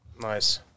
Nice